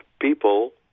People